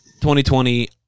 2020